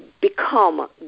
become